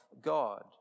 God